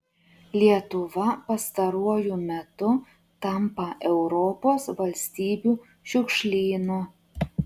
lietuva pastaruoju metu tampa europos valstybių šiukšlynu